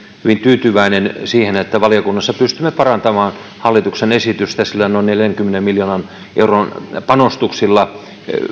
hyvin tyytyväinen siihen että valiokunnassa pystyimme parantamaan hallituksen esitystä noin neljänkymmenen miljoonan euron panostuksilla